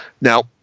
Now